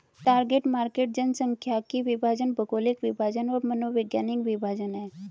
target market जनसांख्यिकीय विभाजन, भौगोलिक विभाजन और मनोवैज्ञानिक विभाजन हैं